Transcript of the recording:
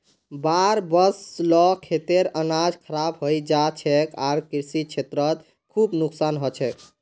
बाढ़ वस ल खेतेर अनाज खराब हई जा छेक आर कृषि क्षेत्रत खूब नुकसान ह छेक